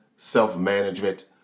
self-management